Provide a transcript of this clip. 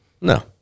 No